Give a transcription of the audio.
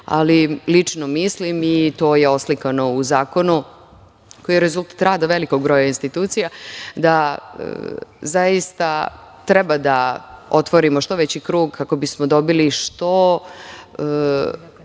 obzir. Lično mislim i to je oslikano u zakonu koji je rezultat rada velikog broja institucija da zaista treba da otvorimo što veći krug kako bismo dobili što